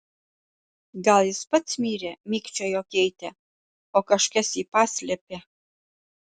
gal jis pats mirė mikčiojo keitė o kažkas jį paslėpė